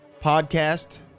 podcast